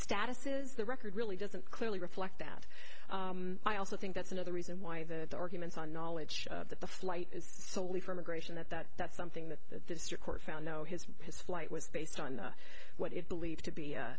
status is the record really doesn't clearly reflect that i also think that's another reason why the arguments on knowledge of the flight is solely for immigration at that that's something that the court found no his his flight was based on what it believed to be